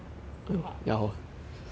我怕